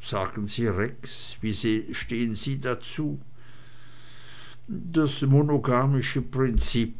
sagen sie rex wie stehen sie dazu das monogamische prinzip